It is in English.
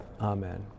Amen